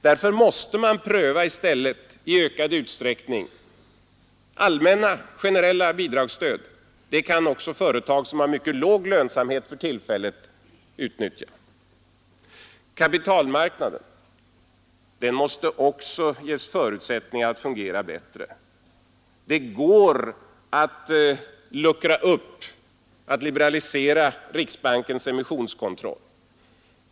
Därför bör man i stället i ökad utsträckning pröva generella bidragsstöd — dem kan också företag som för tillfället har mycket låg lönsamhet utnyttja. Kapitalmarknaden måste ges förutsättningar att fungera bättre. Det går att luckra upp, att liberalisera riksbankens emissionskontroll.